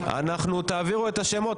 תעבירו את השמות,